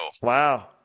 Wow